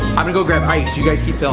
i'm gonna go grab ice, you guys keep